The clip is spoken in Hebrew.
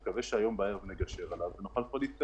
אני מקווה שהיום בערב נגשר עליו כדי שנוכל להתקדם.